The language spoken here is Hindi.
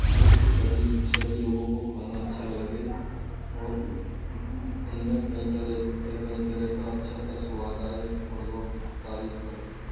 जिस से सभी सभी लोगों को खाना अच्छा लगे और उन में कई तरह कई तरह का अच्छा सा स्वाद आए और लोग तारीफ़ करें